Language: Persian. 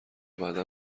بعدا